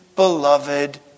Beloved